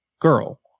girl